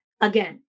Again